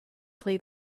play